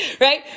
right